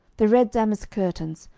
the red damask curtains,